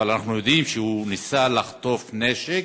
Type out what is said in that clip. אבל אנחנו יודעים שהוא ניסה לחטוף נשק